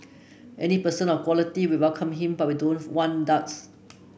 any person of quality we welcome him but we don't want duds